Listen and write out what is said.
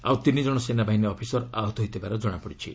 ଆଉ ତିନି କ୍କଣ ସେନାବାହିନୀ ଅଫିସର୍ ଆହତ ହୋଇଥିବାର ଜଣାପଡ଼ିଛି